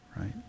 right